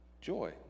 Joy